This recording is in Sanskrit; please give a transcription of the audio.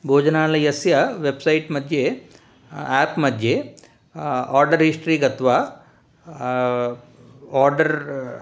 भोजनालयस्य वेब्सैट् मध्ये आप् मध्ये आर्डर् हिस्टरि गत्वा आर्डर्